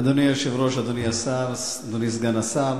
אדוני היושב-ראש, אדוני השר, אדוני סגן השר,